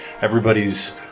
everybody's